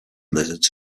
lizards